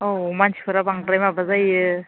औ मानसिफोरा बांद्राय माबा जायो